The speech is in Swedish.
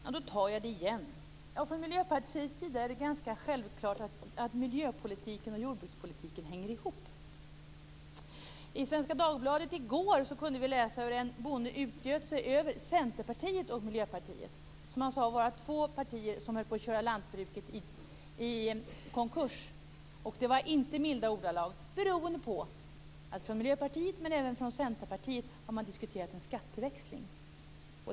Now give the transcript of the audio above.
Fru talman! Då tar jag det igen. För Miljöpartiet är det självklart att miljöpolitiken och jordbrukspolitiken hänger ihop. I Svenska Dagbladet kunde vi i går läsa hur en bonde utgöt sig över Centerpartiet och Miljöpartiet, som han sade var två partier som höll på att driva lantbruket i konkurs - han uttryckte sig inte i milda ordalag - beroende på att Miljöpartiet och även Centerpartiet har diskuterat en skatteväxling.